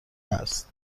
است